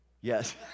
Yes